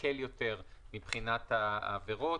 מקל יותר מבחינת העבירות.